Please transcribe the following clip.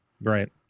right